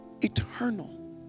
eternal